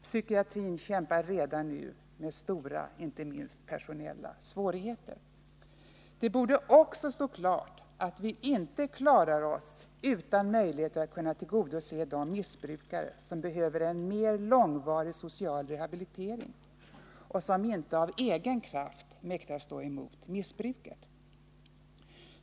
Psykiatrin kämpar redan nu med stora, inte minst personella, svårigheter. Det borde också stå klart att vi inte klarar oss utan möjlighet att tillgodose de missbrukare som behöver en mer långvarig social rehabilitering och som inte av egen kraft mäktar stå emot missbruket.